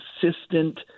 consistent